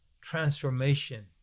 transformation